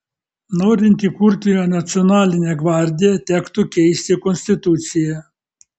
norint įkurti nacionalinę gvardiją tektų keisti konstituciją